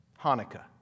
Hanukkah